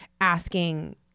asking